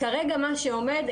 כרגע מה שעומד,